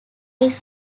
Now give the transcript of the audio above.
his